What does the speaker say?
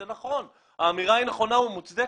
זה נכון, האמירה הוא נכונה ומוצדקת.